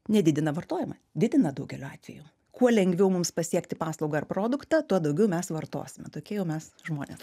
nedidina vartojimą didina daugeliu atvejų kuo lengviau mums pasiekti paslaugą ar produktą tuo daugiau mes vartosime tokie jau mes žmonės